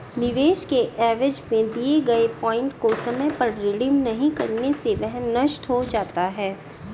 निवेश के एवज में दिए गए पॉइंट को समय पर रिडीम नहीं करने से वह नष्ट हो जाता है